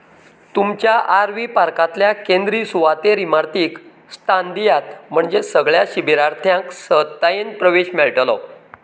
तुमच्या R V पार्कांतल्या केंद्रीय सुवातेर इमारतीक स्थान दियात म्हणजे सगळ्या शिबिरार्थ्यांक सहजतायेन प्रवेश मेळटलो